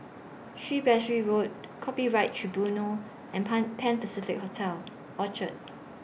Shrewsbury Road Copyright Tribunal and Pan Pan Pacific Hotel Orchard